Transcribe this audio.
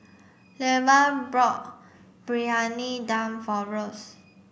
Leva bought Briyani Dum for Russ